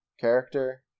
character